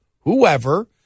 whoever